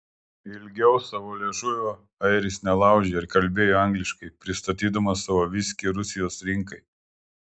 ilgiau savo liežuvio airis nelaužė ir kalbėjo angliškai pristatydamas savo viskį rusijos rinkai